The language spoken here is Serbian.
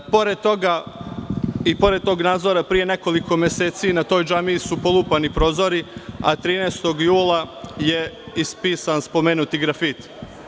I pored tog nadzora, i pre nekoliko meseci na toj džamiji su polupani prozori, a 13. jula je ispisan spomenuti grafit.